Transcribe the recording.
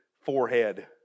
forehead